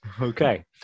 Okay